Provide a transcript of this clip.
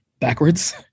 backwards